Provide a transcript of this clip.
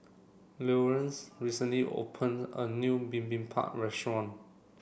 Leonce recently opened a new Bibimbap restaurant